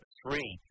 three